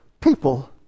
people